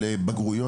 על בגרויות,